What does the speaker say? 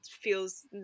feels